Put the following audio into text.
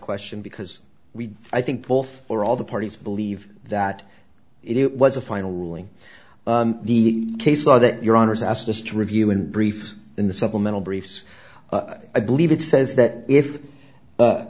question because we i think both or all the parties believe that it was a final ruling the case law that your honour's asked us to review in briefs in the supplemental briefs i believe it says that if